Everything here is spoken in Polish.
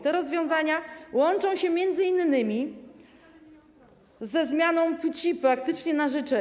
Te rozwiązania łączą się m.in. ze zmianą płci praktycznie na życzenie.